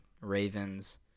Ravens